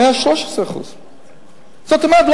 113%. זאת אומרת,